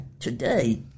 Today